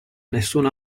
nessun